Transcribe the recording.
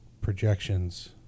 projections –